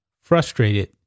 frustrated